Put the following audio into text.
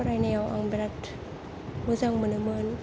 फरायनायाव आं बिराद मोजां मोनोमोन